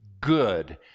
Good